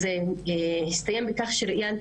בחברה הישראלית זה נתפס כמשהו רגיל,